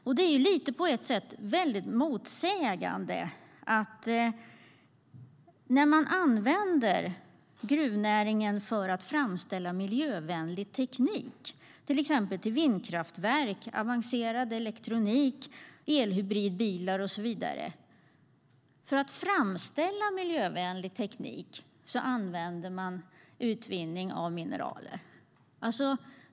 På ett sätt är det väldigt motsägelsefullt. Man använder gruvnäringen för att framställa miljövänlig teknik, till exempel vindkraftverk, avancerad elektronik och elhybridbilar. För att framställa miljövänlig teknik utvinner man mineraler.